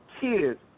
kids